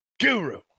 guru